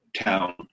town